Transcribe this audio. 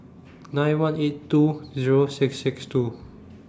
nine one eight two Zero six six two